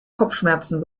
kopfschmerzen